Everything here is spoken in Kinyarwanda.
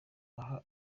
aha